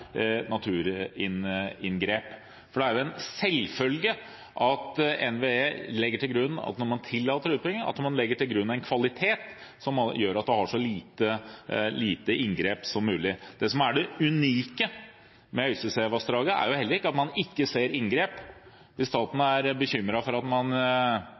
Det er jo en selvfølge at NVE når man tillater utbygging, legger til grunn en kvalitet som gjør at inngrepet er så lite som mulig. Det som er det unike med Øystesevassdraget, er jo heller ikke at man ikke ser inngrep. Hvis staten er bekymret for at man